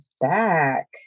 back